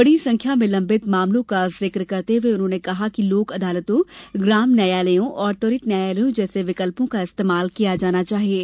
बडी संख्या में लंबित मामलों का जिक करते हुए उन्होंने कहा कि लोक अदालतों ग्राम न्यायालयों और त्वरित न्यायालयों जैसे विकल्पों का इस्तेमाल किया जाना चाहिये